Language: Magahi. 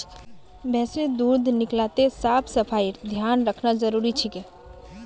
भैंसेर दूध निकलाते साफ सफाईर ध्यान रखना जरूरी छिके